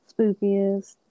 spookiest